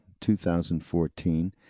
2014